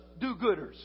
do-gooders